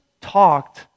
talked